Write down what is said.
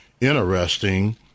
interesting